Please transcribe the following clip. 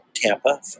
Tampa